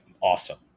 awesome